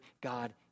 God